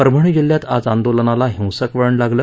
परभणी जिल्ह्यात आज आंदोलनाला हिंसक वळण लागलं